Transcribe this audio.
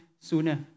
sooner